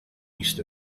east